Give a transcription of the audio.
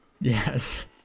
Yes